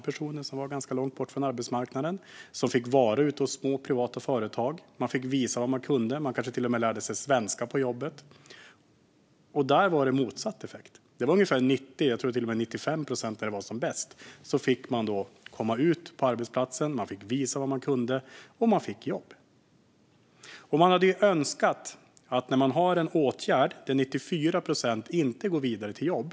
Personer som stod ganska långt från arbetsmarknaden fick vara ute hos små privata företag. De fick visa vad de kunde. De kanske till och med lärde sig svenska på jobbet. Där var det motsatt effekt. Där var det ungefär 90 procent. Jag tror till och med att det var 95 procent där det var som bäst. Dessa personer fick komma ut på en arbetsplats. De fick visa vad de kunde, och de fick jobb. Regeringen har en åtgärd där 94 procent inte går vidare till jobb.